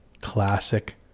classic